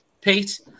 Pete